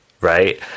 Right